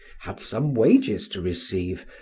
had some wages to receive,